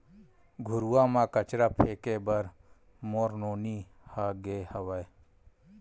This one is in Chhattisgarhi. घुरूवा म कचरा फेंके बर मोर नोनी ह गे हावय